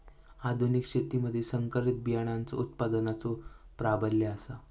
आधुनिक शेतीमधि संकरित बियाणांचो उत्पादनाचो प्राबल्य आसा